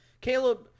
Caleb